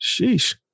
Sheesh